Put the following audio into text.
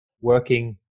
working